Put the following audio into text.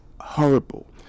horrible